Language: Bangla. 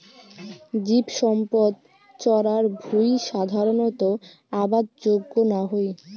জীবসম্পদ চরার ভুঁই সাধারণত আবাদ যোগ্য না হই